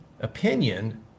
opinion